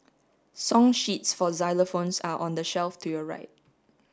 song sheets for xylophones are on the shelf to your right